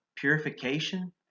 purification